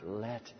let